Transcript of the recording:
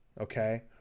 okay